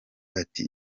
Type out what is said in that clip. ati